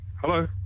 Hello